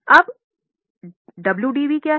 अब WDV क्या है